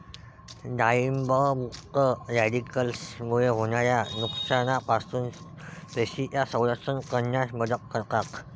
डाळिंब मुक्त रॅडिकल्समुळे होणाऱ्या नुकसानापासून पेशींचे संरक्षण करण्यास मदत करतात